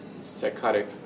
psychotic